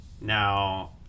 now